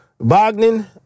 Bogdan